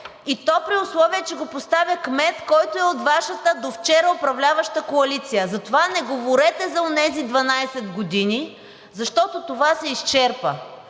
и то при условие, че го поставя кмет, който е от Вашата довчера управляваща коалиция? Затова не говорете за онези 12 години, защото това се изчерпа.